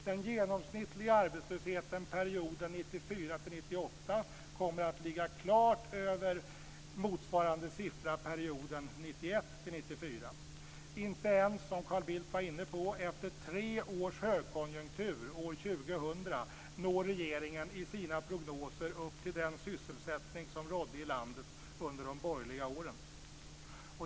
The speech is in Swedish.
Den genomsnittliga arbetslösheten under perioden 1994-1998 kommer att ligga klart över motsvarande siffra för perioden 1991-1994. Inte ens, som Carl Bildt var inne på, efter tre års högkonjunktur år 2000 når regeringen i sina prognoser upp till den sysselsättning som rådde i landet under de borgerliga åren.